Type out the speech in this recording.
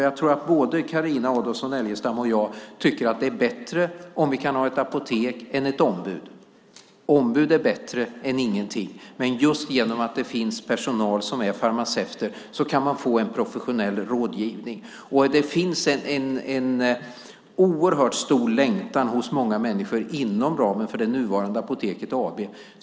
Jag tror att både Carina Adolfsson Elgestam och jag tycker att det är bättre om vi kan ha ett apotek än ett ombud. Ombud är bättre än ingenting. Men just genom att det finns personal som är farmaceuter kan man få en professionell rådgivning. Det finns en oerhört stor längtan hos många människor inom ramen för det nuvarande Apoteket AB.